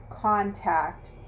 contact